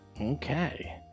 Okay